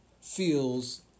feels